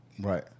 Right